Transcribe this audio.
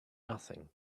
nothing